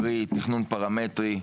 קרי תכנון פרמטרי,